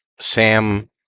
sam